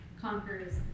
conquers